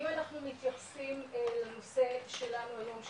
אם אנחנו מתייחסים לנושא שלנו היום,